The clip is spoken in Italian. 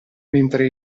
mentre